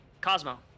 Cosmo